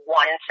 one